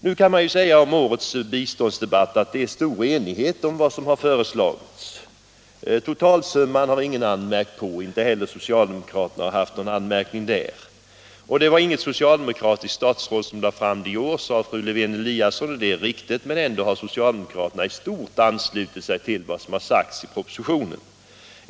Det kan sägas om årets biståndsdebatt att det är stor enighet om vad som har föreslagits. Totalsumman har ingen anmärkt på. Inte heller socialdemokraterna har någon anmärkning på totalsumman. Det var inget socialdemokratiskt statsråd som lade fram regeringsförslaget i år, sade fru Lewén-Eliasson. Det är riktigt, men ändå har socialdemokraterna i stort anslutit sig till vad som anförts i propositionen.